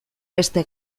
beste